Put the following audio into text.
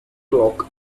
clock